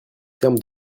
termes